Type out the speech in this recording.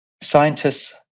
scientists